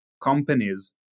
companies